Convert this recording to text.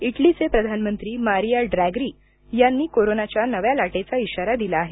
इटलीचे प्रधानमंत्री Mario Draghi यांनी कोरोनाच्या नव्या लाटेचा इशारा दिला आहे